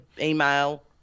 email